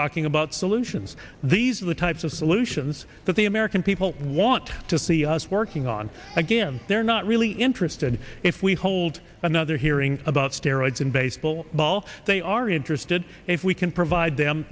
talking about solutions these are the types of solutions that the american people want to see us working on again they're not really interested if we hold another hearing about steroids in baseball ball they are interested if we can provide them